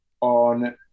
on